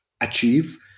achieve